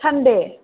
Sunday